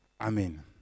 Amen